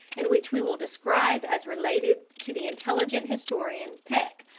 and which we will describe as related to the intelligent historian, peck,